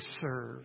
serve